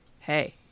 hey